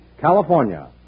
California